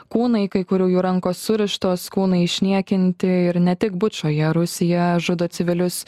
kūnai kai kurių jų rankos surištos kūnai išniekinti ir ne tik bučoje rusija žudo civilius